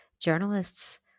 journalists